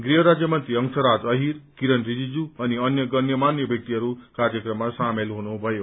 गृहराज्य मन्त्री हंसराज अहीर किरण रिजिजू अनि अन्य गण्यमान्य व्यक्तिहरू कार्यक्रममा सामेल हुनुभयो